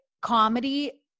comedy